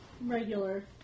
regular